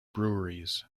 breweries